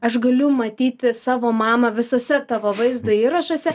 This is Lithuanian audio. aš galiu matyti savo mamą visuose tavo vaizdo įrašuose